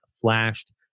flashed